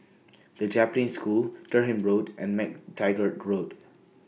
The Japanese School Durham Road and MacTaggart Road